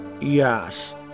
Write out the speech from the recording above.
Yes